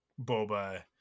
Boba